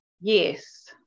Yes